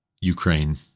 Ukraine